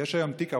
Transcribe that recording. יש היום תיק 4000,